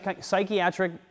psychiatric